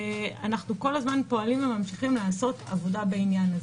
אנחנו כל הזמן ממשיכים לעשות בעניין.